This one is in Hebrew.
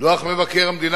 דוח מבקר המדינה,